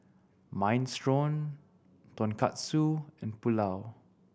Minestrone Tonkatsu and Pulao